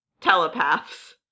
telepaths